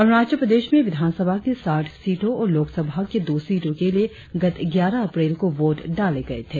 अरुणाचल प्रदेश में विधानसभा की साठ सीटों और लोकसभा की दो सीटों के लिए गत ग्यारह अप्रैल को वोट डाले गए थे